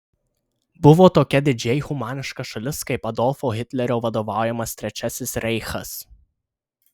buvo tokia didžiai humaniška šalis kaip adolfo hitlerio vadovaujamas trečiasis reichas